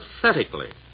pathetically